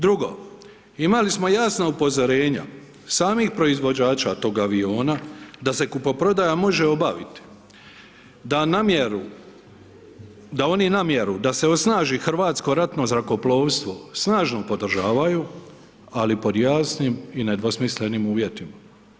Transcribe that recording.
Drugo, ima li smo jasna upozorenja samih proizvođača tog aviona da se kupoprodaja može obaviti da oni namjeru da se osnaži Hrvatsko ratno zrakoplovstvo snažno podržavaju ali po jasnim i nedvosmislenim uvjetima.